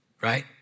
right